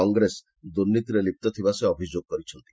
କଂଗ୍ରେସ ଦୁର୍ନୀତିରେ ଲିପ୍ତ ଥିବା ସେ ଅଭିଯୋଗ କରିଛନ୍ତି